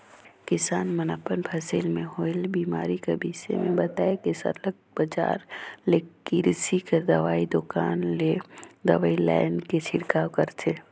किसान मन अपन फसिल में होवल बेमारी कर बिसे में बताए के सरलग बजार ले किरसी कर दवई दोकान ले दवई लाएन के छिड़काव करथे